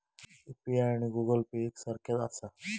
UPI आणि Google Pay एक सारख्याच आसा?